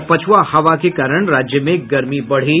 और पछुआ हवा के कारण राज्य में गर्मी बढ़ी